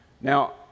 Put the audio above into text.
Now